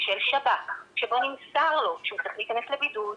של שב"כ שבו נמסר לו שהוא צרך להכנס לבידוד,